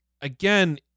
again